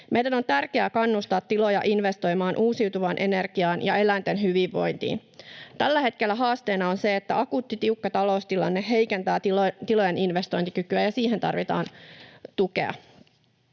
Meidän on tärkeää kannustaa tiloja investoimaan uusiutuvaan energiaan ja eläinten hyvinvointiin. Tällä hetkellä haasteena on se, että akuutti tiukka taloustilanne heikentää tilojen investointikykyä, ja siihen tarvitaan tukea.